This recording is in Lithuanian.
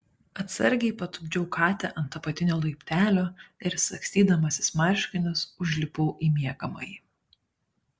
atsargiai patupdžiau katę ant apatinio laiptelio ir sagstydamasis marškinius užlipau į miegamąjį